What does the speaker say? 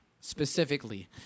specifically